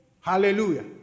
hallelujah